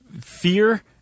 fear